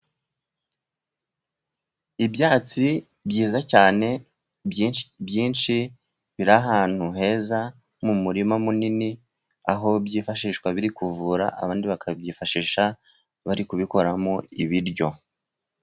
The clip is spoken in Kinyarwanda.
Ibyatsi byiza cyane byinshi, byinshi biri ahantu heza mu murima munini, aho byifashishwa biri kuvura abandi bakabyifashisha bari kubikoramo ibiryo.